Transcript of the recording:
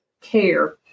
care